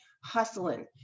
hustling